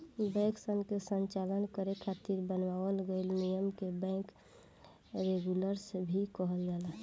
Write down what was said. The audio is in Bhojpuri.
बैंकसन के संचालन करे खातिर बनावल गइल नियम के बैंक रेगुलेशन भी कहल जाला